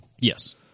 Yes